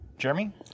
Jeremy